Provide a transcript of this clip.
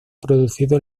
producido